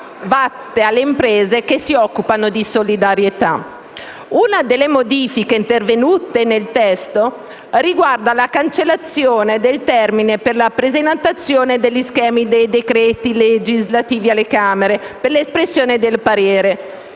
alle imprese che si occupano di solidarietà. Una delle modifiche intervenute nel testo riguarda la cancellazione del termine per la presentazione degli schemi dei decreti legislativi alle Camere per l'espressione del parere